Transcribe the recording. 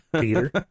Peter